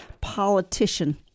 politician